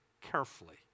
carefully